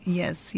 yes